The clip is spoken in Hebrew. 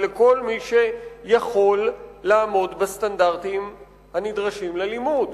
ולכל מי שיכול לעמוד בסטנדרטים הנדרשים ללימוד.